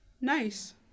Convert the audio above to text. nice